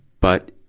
but,